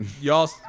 y'all